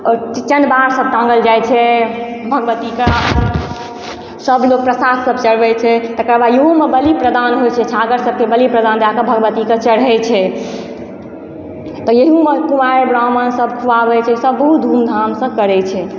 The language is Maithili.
चिनवार सब टाँगल जाइ छै भगवती के सब लोक प्रसाद सब चढ़बै छै तेकर बाद इहो मे बलिप्रदान होइ छै छागर सबके बलिप्रदान दैक भगवती के चढ़ै छै तऽ एहू मे कुमारि ब्राह्मण सब खुआबै छै सब बहुत धूम धाम सॅं करै छै